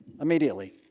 immediately